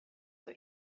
for